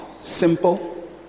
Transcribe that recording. simple